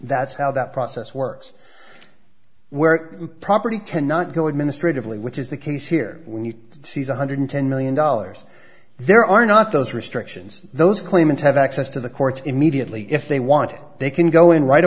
that's how that process works where property ten not go administratively which is the case here when you see one hundred ten million dollars there are not those restrictions those claimants have access to the courts immediately if they want they can go in right